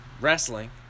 Wrestling